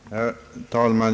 Herr talman!